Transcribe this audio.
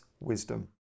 wisdom